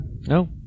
No